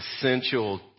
essential